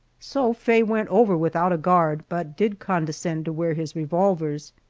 so faye went over without a guard, but did condescend to wear his revolvers.